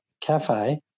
cafe